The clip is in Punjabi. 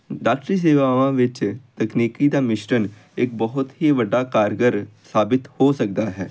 ਡਾਕਟਰੀ ਸੇਵਾਵਾਂ ਵਿੱਚ ਤਕਨੀਕੀ ਦਾ ਮਿਸ਼ਟਨ ਇੱਕ ਬਹੁਤ ਹੀ ਵੱਡਾ ਕਾਰਗਰ ਸਾਬਤ ਹੋ ਸਕਦਾ ਹੈ